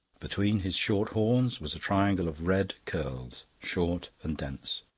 between his short horns was a triangle of red curls, short and dense.